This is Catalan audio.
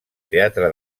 teatre